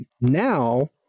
Now